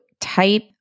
type